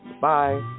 Bye